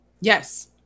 yes